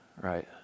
right